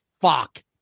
fuck